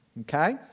Okay